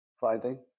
finding